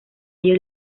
ello